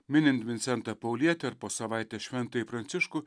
minint vincentą paulietį ar po savaitės šventąjį pranciškų